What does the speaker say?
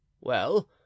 Well